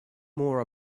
more